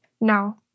No